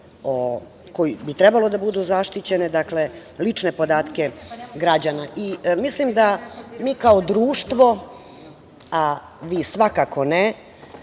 koji bi trebali da budu zaštićeni, dakle lične podatke građana. Mislim da mi kao društvo, a vi svakako ne,